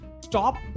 stop